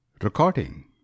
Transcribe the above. Recording